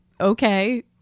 okay